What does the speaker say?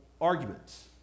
arguments